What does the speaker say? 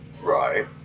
Right